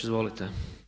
Izvolite.